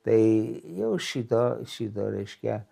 tai jau šito šito reiškia